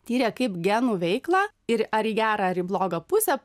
tyrė kaip genų veiklą ir ar į gerą ar į blogą pusę